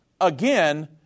Again